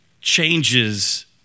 changes